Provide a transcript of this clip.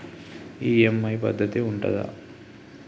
EMI పద్ధతి ఉంటదా?